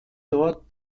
dort